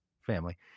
family